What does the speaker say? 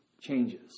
changes